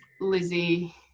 lizzie